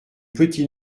petit